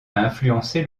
influencé